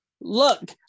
look